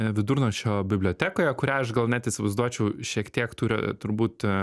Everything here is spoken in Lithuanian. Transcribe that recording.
vidurnakčio bibliotekoje kurią aš gal net įsivaizduočiau šiek tiek turi turbūt